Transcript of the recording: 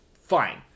Fine